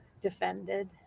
defended